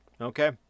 Okay